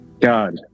God